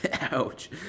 Ouch